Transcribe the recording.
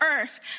earth